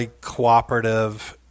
cooperative